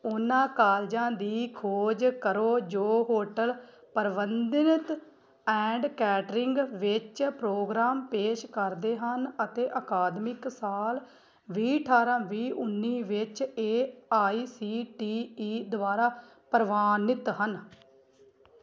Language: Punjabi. ਉਹਨਾਂ ਕਾਲਜਾਂ ਦੀ ਖੋਜ ਕਰੋ ਜੋ ਹੋਟਲ ਪ੍ਰਬੰਧਨ ਐਂਡ ਕੇਟਰਿੰਗ ਵਿੱਚ ਪ੍ਰੋਗਰਾਮ ਪੇਸ਼ ਕਰਦੇ ਹਨ ਅਤੇ ਅਕਾਦਮਿਕ ਸਾਲ ਵੀਹ ਅਠਾਰ੍ਹਾਂ ਵੀਹ ਉੱਨੀ ਵਿੱਚ A I C T E ਦੁਆਰਾ ਪ੍ਰਵਾਨਿਤ ਹਨ